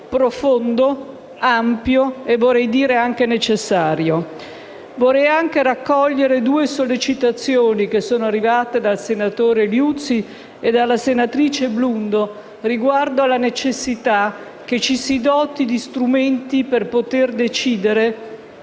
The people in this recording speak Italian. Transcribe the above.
profondo, ampio ed anche necessario. Vorrei altresì raccogliere due sollecitazioni arrivate dal senatore Liuzzi e dalla senatrice Blundo riguardo alla necessità che ci si doti di strumenti per poter decidere